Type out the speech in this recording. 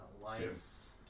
Lice